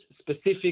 specific